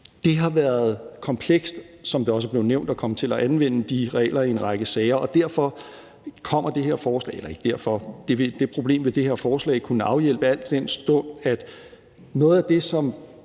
Det har været komplekst, som det også er blevet nævnt, at komme til at anvende de regler i en række sager. Det problem vil det her forslag kunne afhjælpe, al den stund at noget af det, som